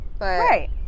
Right